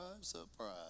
surprise